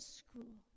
school